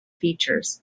features